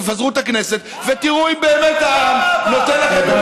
תפזרו את הכנסת ותראו אם באמת העם נותן לכם,